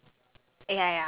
significant